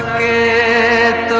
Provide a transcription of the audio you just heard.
a